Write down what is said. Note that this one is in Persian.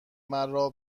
مرا